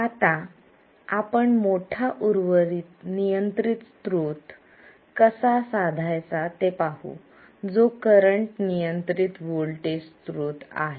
आता आपण मोठा उर्वरित नियंत्रित स्त्रोत कसा साधायचा ते पाहू जो करंट नियंत्रित व्होल्टेज स्त्रोत आहे